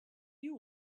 you